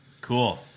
Cool